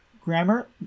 Grammar